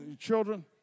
children